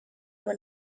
when